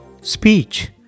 Speech